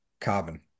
carbon